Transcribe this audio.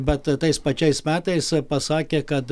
bet tais pačiais metais pasakė kad